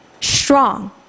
strong